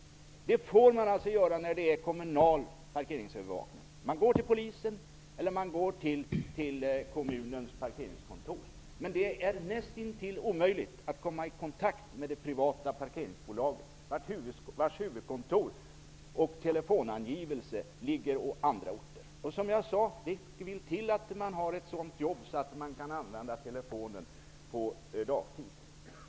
Det får man alltså göra när det är kommunal parkeringsövervakning. Man går till Polisen eller kommunens parkeringskontor. Men det är nästintill omöjligt att komma i kontakt med det privata parkeringsbolaget, vars huvudkontor och telefonadress finns på andra orter. Som jag sade vill det till att man har ett sådant jobb att man kan använda telefonen på dagtid.